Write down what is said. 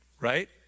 Right